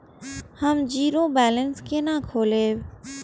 हम zero balance केना खोलैब?